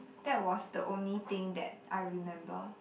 that was the only thing that I remember